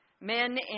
Men